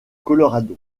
colorado